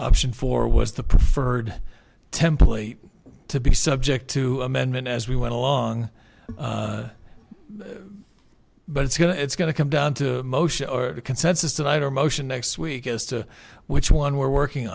option four was the preferred template to be subject to amendment as we went along but it's going to it's going to come down to motion or consensus tonight or motion next week as to which one we're working